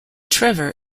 trevor